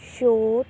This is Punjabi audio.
ਛੋਟ